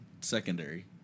secondary